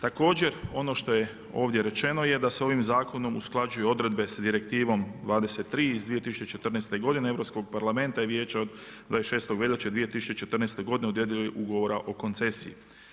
Također, ono što je ovdje rečeno je da se ovim zakonom usklađuju odredbe s Direktivom 23. iz 2014. godine Europskog parlamenta i Vijeća od 26. veljače 2014. godine o dodjeli ugovora o koncesiji.